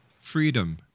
freedom